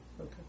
Okay